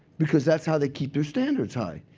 because that's how they keep their standards high.